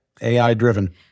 AI-driven